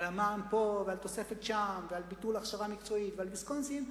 על המע"מ פה ועל תוספת שם ועל ביטול הכשרה מקצועית ועל ויסקונסין,